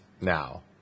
now